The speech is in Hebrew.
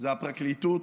זו הפרקליטות,